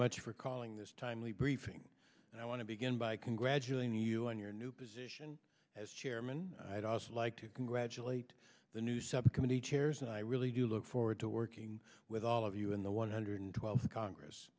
much for calling this timely briefing and i want to begin by congratulating you on your new position as chairman i'd also like to congratulate the new subcommittee chairs and i really do look forward to working with all of you in the one hundred twelfth congress